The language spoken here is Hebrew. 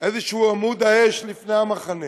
איזה עמוד האש לפני המחנה,